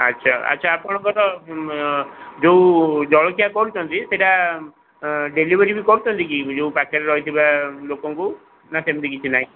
ଆଚ୍ଛା ଆଚ୍ଛା ଆପଣଙ୍କର ଯୋଉ ଜଳଖିଆ କରୁଛନ୍ତି ସେଟା ଡେଲିଭରି ବି କରୁଛନ୍ତି କି ଯୋଉ ପାଖରେ ରହିଥିବା ଲୋକଙ୍କୁ ନା ସେମିତି କିଛି ନାହିଁ